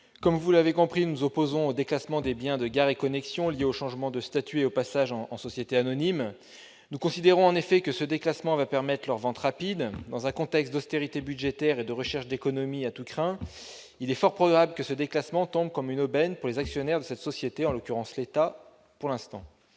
mes chers collègues, nous nous opposons au déclassement des biens de Gares & Connexions lié au changement de statut et au passage en société anonyme. Nous considérons en effet que ce déclassement va permettre la vente rapide de ces biens. Dans un contexte d'austérité budgétaire et de recherche d'économies à tous crins, il est fort probable que ce déclassement tombe comme une aubaine pour les actionnaires de cette société, en l'occurrence, pour l'instant,